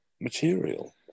material